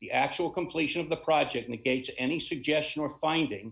the actual completion of the project negates any suggestion or finding